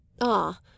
Ah